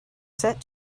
set